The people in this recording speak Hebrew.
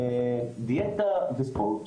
דיאטה וספורט,